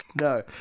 No